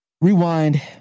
rewind